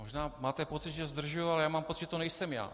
Možná máte pocit, že zdržuji, ale já mám pocit, že to nejsem já.